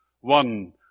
one